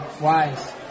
Wise